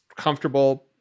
Comfortable